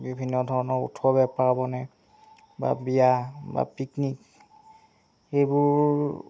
বিভিন্ন ধৰণৰ উৎসৱে পাৰ্বণে বা বিয়া বা পিকনিক সেইবোৰ